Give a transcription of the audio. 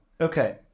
Okay